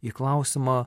į klausimą